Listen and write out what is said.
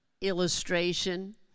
illustration